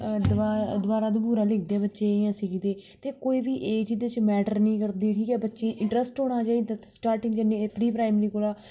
दबारां दुवुरां लीकदे बच्चे इ'यां सिखदे ते कोई बी एज एह्दे च मैटर निं करदी ठीक ऐ बच्चें ई इंट्र्स्ट होना चाहिदा स्टाटिंग कन्नै प्री प्राइमरी कोला